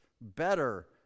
better